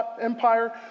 Empire